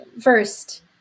First